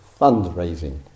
fundraising